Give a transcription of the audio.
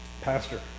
Pastor